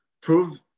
prove